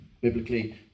biblically